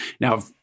now